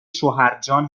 شوهرجان